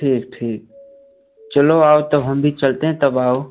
ठीक ठीक चलो आओ तब हम भी चलते हैं तब आओ